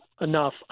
enough